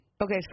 okay